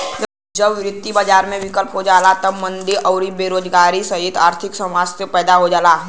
जब वित्तीय बाजार विफल हो जाला तब मंदी आउर बेरोजगारी सहित आर्थिक समस्या पैदा हो जाला